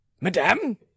madame